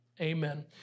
Amen